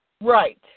Right